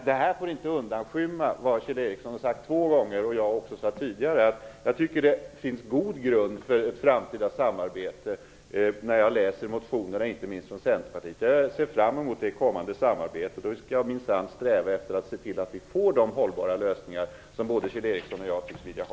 Det här får inte undanskymma det som Kjell Ericsson här sagt två gånger och som även jag tidigare har sagt, att det finns en god grund för ett framtida samarbete. Jag finner detta inte minst när jag läser motionerna från Centerpartiet. Jag ser fram emot det kommande samarbetet, och jag skall minsann sträva efter att vi får de hållbara lösningar som både Kjell Ericsson och jag tycks vilja ha.